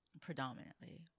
predominantly